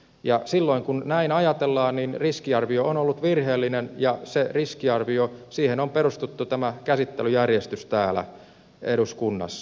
ja silloin kun näin ajatellaan riskiarvio on ollut virheellinen ja siihen riskiarvioon on perustunut tämä käsittelyjärjestys täällä eduskunnassa